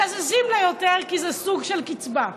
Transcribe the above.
מקזזים לה יותר, כי זה סוג של קצבה.